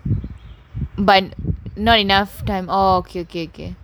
but not enough and all okay